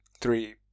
three